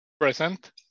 Present